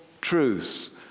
truth